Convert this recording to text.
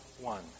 one